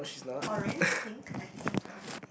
orange pink I I can't tell